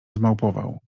zmałpował